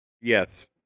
Yes